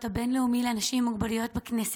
הבין-לאומי לאנשים עם מוגבלויות בכנסת.